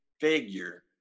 figure